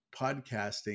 podcasting